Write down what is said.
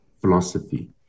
philosophy